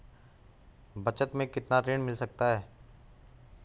बचत मैं कितना ऋण मिल सकता है?